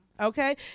Okay